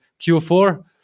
Q4